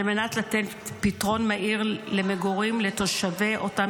על מנת לתת פתרון מהיר למגורים לתושבי אותם